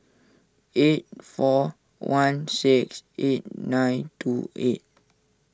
eight four one six eight nine two eight